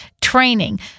training